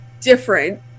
different